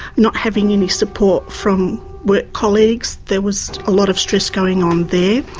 not having any support from work colleagues, there was a lot of stress going on there.